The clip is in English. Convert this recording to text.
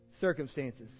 circumstances